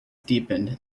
deepened